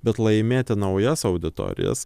bet laimėti naujas auditorijas